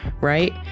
right